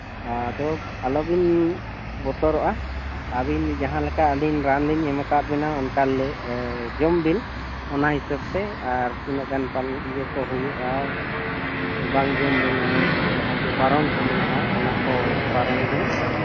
ᱟᱫᱚ ᱟᱞᱚᱵᱤᱱ ᱵᱚᱛᱚᱨᱚᱜᱼᱟ ᱟᱹᱵᱤᱱ ᱡᱟᱦᱟᱸ ᱞᱮᱠᱟ ᱟᱹᱞᱤᱧ ᱨᱟᱱ ᱞᱤᱧ ᱮᱢ ᱠᱟᱜ ᱵᱤᱱᱟ ᱚᱱᱠᱟ ᱡᱚᱢ ᱵᱤᱱ ᱚᱱᱟ ᱦᱤᱥᱟᱹᱵ ᱛᱮ ᱟᱨ ᱛᱤᱱᱟᱹᱜ ᱜᱟᱱ ᱯᱟᱱ ᱤᱭᱟᱹ ᱠᱚ ᱦᱩᱭᱩᱜᱼᱟ ᱵᱟᱝ ᱡᱚᱢ ᱨᱮᱱᱟᱜ ᱡᱟᱦᱟᱸ ᱡᱚᱢ ᱵᱟᱨᱚᱱ ᱠᱚ ᱢᱮᱱᱟᱜᱼᱟ ᱚᱱᱟ ᱠᱚ ᱵᱟᱨᱚᱱ ᱵᱤᱱ